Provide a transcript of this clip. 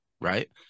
right